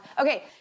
Okay